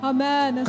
Amen